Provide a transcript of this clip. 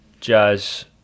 jazz